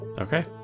Okay